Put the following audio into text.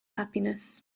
happiness